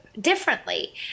differently